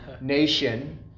nation